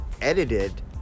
edited